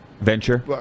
Venture